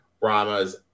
Brahmas